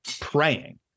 praying